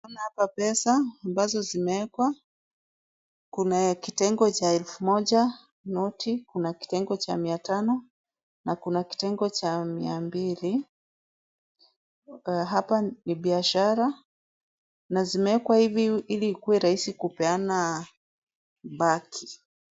Naona hapa pesa ambazo zimewekwa ,kuna ya kitengo cha elfu moja noti ,kuna kitengo cha mia tano na kuna kitengo cha mia mbili, hapa ni biashara ,na zimewekwa hivi ili ikue rahisi kupeana baki.